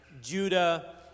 Judah